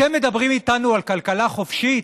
אתם מדברים איתנו על כלכלה חופשית?